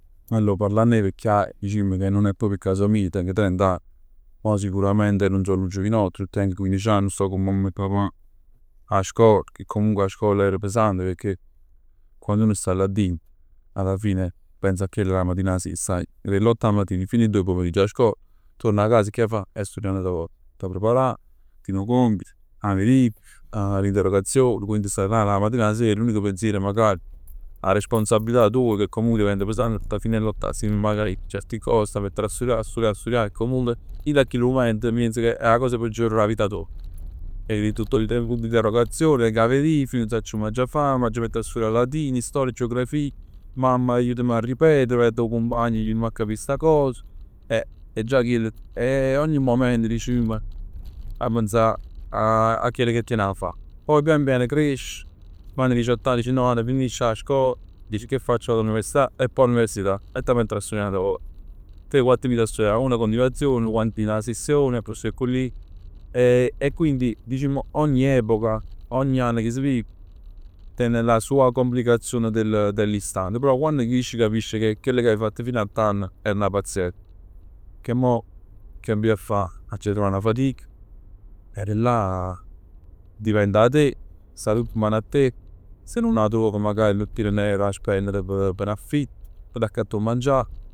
Allor parlann 'e vecchiaia dicimm che nun è proprio il caso mio, teng trent'anni, mo sicuramente nun so nu giovinott, nun teng quindici anni, nun sto cu mamma e papà 'a scol. Che comunque 'a scola era pesante pecchè quando uno sta là dinto alla fine pensa a quello d' 'a matin 'a sera. Staje da 'e l'otto 'a matina, fino 'e doje 'o pomeriggio 'a scol, tuorn 'a casa e che 'a fa? 'E sturià n'ata vota, t' 'a preparà, tien 'o compito, 'a verifica, l'interrogazione, quindi stai là d' 'a matin 'a sera e l'unico pensiero magari è 'a responsabilità tua che comunque diventa pesante 'e sta fino 'e l'otto 'a sera 'e mparà certe cose, t' 'a mettere a sturià sturià sturià e comunque dint 'a chillu mument t' piens che è 'a cosa peggiore d' 'a vita toja. E tien l'interrogazione, tieni 'a verifica, nun sacc come aggia fa, m'aggia mettere a sturià latino, storia, geografia, mamma aiutami a ripete, vaje addo 'o cumpagno, aiutami a capi sta cosa e ogni momento dicimm, 'a pensà a chell ca tien a fa. Poi pian piano cresci, fai diciott'anni, diciannov'anni finisci 'a scola, dici che faccio vado all'università? E poi 'a l'università e t' 'a mettere a sturià n'ata vota. Tre quatt mesi a sturià una continuazione, quann tien 'a session, accussì e accullì e e quindi dicimm ogni epoca, ogni anno che si vive, tiene la sua complicazione dell'istante. Però quann crisc capisc che chell che 'a fatt fino a t'ann era 'na pazziell. Pecchè mo che abbio a fa? M'aggia mettere a trovà 'na fatica, abbio a ji là, dipende 'a te, sta tutt 'mmano a te, si nun 'a truov magari nun tien n'euro 'a spennere p' n'affitto, p' t'accattà 'o mangià.